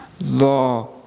law